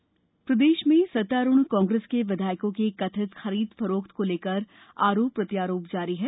राजनीति मप्र प्रदेश में सत्तारूढ़ कांग्रेस के विधायकों की कथित खरीद फरोख्त को लेकर आरोप प्रत्यारोप जारी है